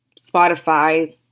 Spotify